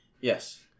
yes